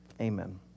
Amen